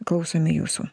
klausome jūsų